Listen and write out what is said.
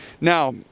Now